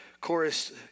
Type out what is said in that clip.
chorus